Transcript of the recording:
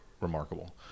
remarkable